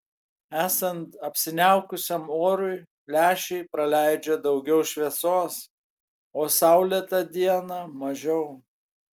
esant apsiniaukusiam orui lęšiai praleidžia daugiau šviesos o saulėtą dieną mažiau